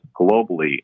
globally